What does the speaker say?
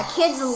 kids